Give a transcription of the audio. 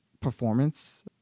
performance